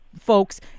folks